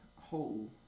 hole